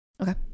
Okay